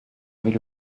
avait